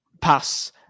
pass